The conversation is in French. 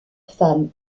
femme